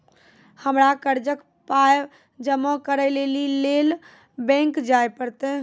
हमरा कर्जक पाय जमा करै लेली लेल बैंक जाए परतै?